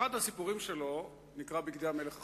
אחד הסיפורים שלו נקרא "בגדי המלך החדשים".